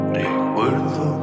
recuerdo